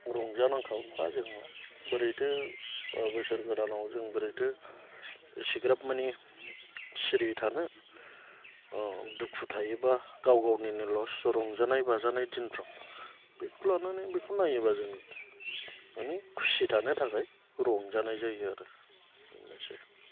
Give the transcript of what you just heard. रंजानांखागौखा जोंहा बोरैथो बोसोर गोदानाव बोरैथो इसिग्राब मानि सिरि थानो दुखु थायोब्ला गाव गावनिनो लस रंजानाय बाजानाय दिनफ्राव बेखौ लानानै बेखौ नायोब्ला जों मानि खुसि थानो थाखाय रंजानाय जायो आरो बेनोसै